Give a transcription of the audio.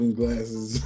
glasses